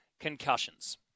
concussions